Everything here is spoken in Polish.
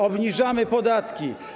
Obniżamy podatki.